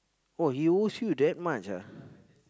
oh he owes you that much ah